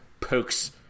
pokes